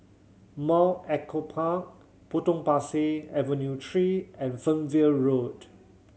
Mount Echo Park Potong Pasir Avenue Three and Fernvale Road